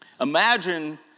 Imagine